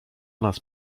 nas